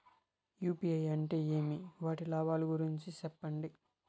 UPI అంటే ఏమి? వాటి లాభాల గురించి సెప్పండి?